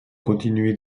continué